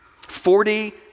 Forty